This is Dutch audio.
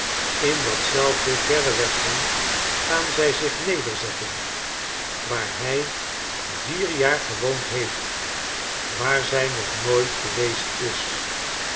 in datzelfde verre westen gaan zij zich nederzetten waar hij vier jaar gewoond heeft waar zij nog nooit geweest is